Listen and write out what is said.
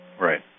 Right